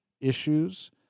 issues